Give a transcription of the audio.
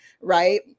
right